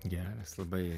geras labai